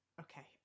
okay